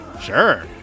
sure